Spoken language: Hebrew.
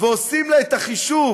ועושים לה את החישוב